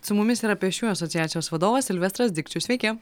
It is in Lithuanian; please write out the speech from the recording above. su mumis yra pėsčiųjų asociacijos vadovas silvestras dikčius sveiki